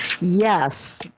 yes